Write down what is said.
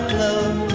love